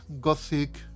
gothic